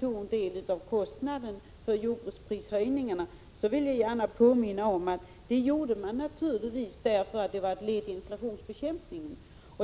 tog en del av kostnaden för jordbruksprishöjningarna. Då vill jag gärna påminna om att det gjorde man naturligtvis därför att det var ett led i inflationsbekämpningen.